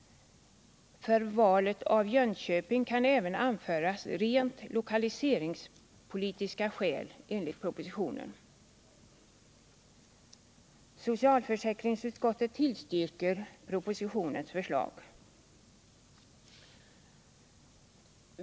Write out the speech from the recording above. För valet av Jönköping kan enligt propositionen även anföras rent lokaliseringspolitiska skäl. Socialförsäkringsutskottet tillstyrker propositionens förslag.